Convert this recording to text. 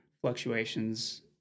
fluctuations